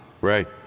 Right